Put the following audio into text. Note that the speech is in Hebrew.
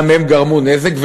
גם הם גרמו נזק,